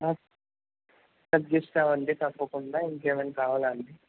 తగ్గిస్తామండి తప్పకుండా ఇంకా ఏమైనా కావాలాండి